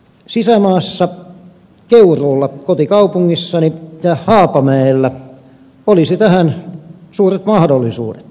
sisämaassa keuruulla kotikaupungissani ja haapamäellä olisi tähän suuret mahdollisuudet